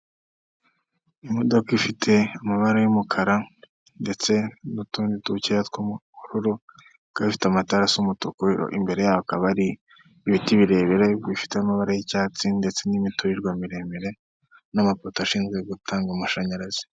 Imodoka ifite amabara y'umukara ndetse n'utundi dukeya tw'ubururu, ikaba ifite amatara asa umutuku, imbere yayo hakaba hari ibiti birebire bifite amabara y'icyatsi, ndetse n'imiturirwa miremire n'amapoto ashinzwe gutanga amashanyarazi.